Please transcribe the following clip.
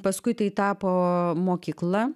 paskui tai tapo mokykla